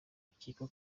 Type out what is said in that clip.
bikekwa